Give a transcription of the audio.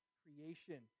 creation